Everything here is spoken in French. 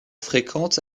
fréquente